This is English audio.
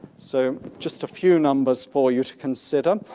so just a few numbers for you to consider.